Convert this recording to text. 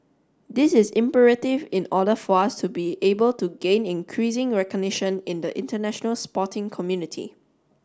this is imperative in order for us to be able to gain increasing recognition in the international sporting community